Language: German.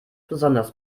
besonders